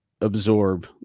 absorb